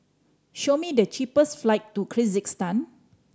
show me the cheapest flight to Kyrgyzstan